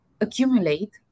accumulate